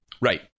Right